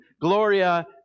gloria